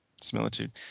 Similitude